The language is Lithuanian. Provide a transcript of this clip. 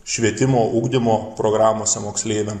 švietimo ugdymo programose moksleiviam